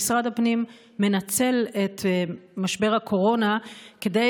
שמשרד הפנים מנצל את משבר הקורונה כדי